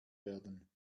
werden